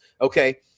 okay